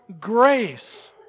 grace